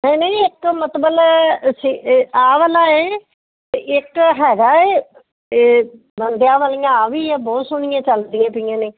ਨਹੀਂ ਨਹੀਂ ਇਥੋਂ ਮਤਲਬ ਆਹ ਵਾਲਾ ਏ ਅਤੇ ਇੱਕ ਹੈਗਾ ਏ ਇਹ ਬੰਦਿਆਂ ਵਾਲੀਆਂ ਆਹ ਵੀ ਬਹੁਤ ਸੋਹਣੀਆਂ ਚੱਲਦੀਆਂ ਪਈਆਂ ਨੇ